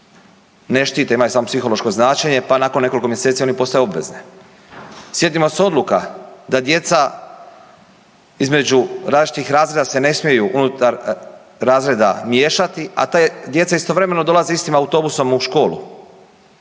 ne štite, imaju samo psihološko značenje, pa nakon nekoliko mjeseci one postaju obvezne. Sjetimo se odluka da djeca između različitih razreda se ne smiju unutar razreda miješati a ta djeca istovremeno dolaze istim autobusom u školu.